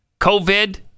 COVID